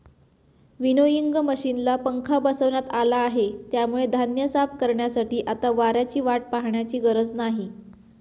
winnowing मशिनला पंखा बसवण्यात आला आहे, त्यामुळे धान्य साफ करण्यासाठी आता वाऱ्याची वाट पाहण्याची गरज नाही